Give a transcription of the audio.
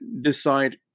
decide